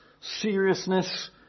seriousness